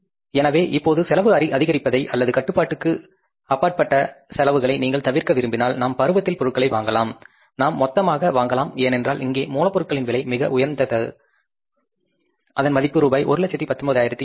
எனவே இப்போது செலவு அதிகரிப்பதை அல்லது கட்டுப்பாட்டுக்கு அப்பாற்பட்ட செலவுகளை நீங்கள் தவிர்க்க விரும்பினால் நாம் பருவத்தில் பொருட்களை வாங்கலாம் நாம் மொத்தமாக வாங்கலாம் ஏனென்றால் இங்கே மூலப்பொருட்களின் விலை மிக உயர்ந்தது ரூபாய் 119 200